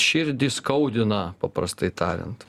širdį skaudina paprastai tariant